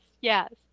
yes